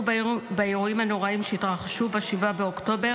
באירועים הנוראים שהתרחשו ב-7 באוקטובר,